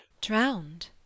Drowned